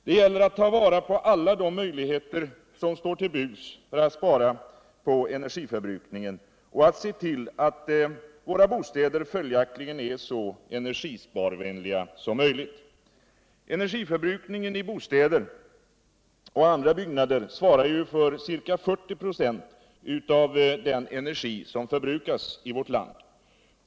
Det gäller att ta vara på alla de möjligheter som står till buds för att spara på energiförbrukningen och för att se till att våra bostäder följaktligen är så energisparvänliga som möjligt. Bostäder och andra byggnader svarar ju för ca 40 26 av energiförbrukningen i vårt land.